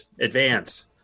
Advance